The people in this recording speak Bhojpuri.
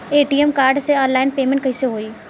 ए.टी.एम कार्ड से ऑनलाइन पेमेंट कैसे होई?